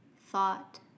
thought